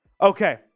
Okay